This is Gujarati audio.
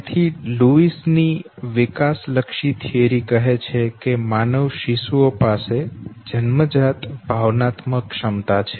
તેથી લુઇસ ની વિકાસલક્ષી થીયરી કહે છે કે માનવ શિશુઓ પાસે જન્મજાત ભાવનાત્મક ક્ષમતા છે